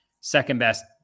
second-best